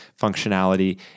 functionality